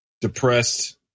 depressed